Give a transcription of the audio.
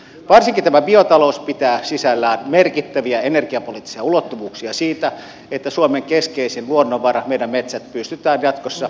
varsinkin tämä biotalous pitää sisällään merkittäviä energiapoliittisia ulottuvuuksia siitä että suomen keskeisin luonnonvara meidän metsät pystytään jatkossa hyödyntämään yhä paremmin